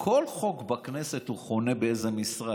כל חוק בכנסת חונה באיזה משרד,